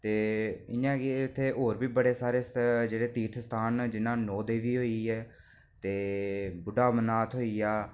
ते इ'यां कि इत्थै होर बी बड़े सारे तीर्थ स्थान न जि'यां नौ देवी होई ऐ ते बुड्ढा अमरनाथ होई गेआ